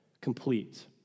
complete